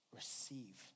receive